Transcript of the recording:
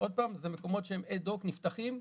עוד פעם אלה מקומות שנפתחים אד-הוק,